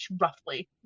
roughly